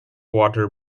water